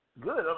good